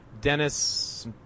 Dennis